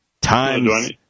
times